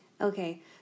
Okay